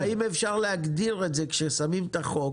כן, אבל האם אפשר להגדיר את זה כששמים את החוק